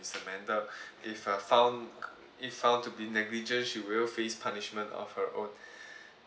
miss amanda if uh found if found to be negligence she will face punishment of her own